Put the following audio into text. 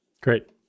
Great